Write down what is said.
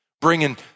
bringing